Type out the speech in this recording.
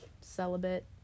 celibate